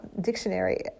dictionary